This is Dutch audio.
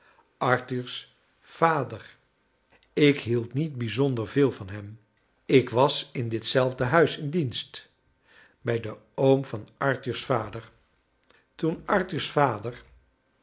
arthur's vader ik hield niet brjzonder veel van hem ik was in dit zelfde huis in dienst bij den oorn van arthur's vader toen arthur's vader